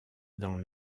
dans